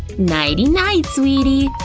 nighty-night, sweetie!